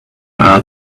are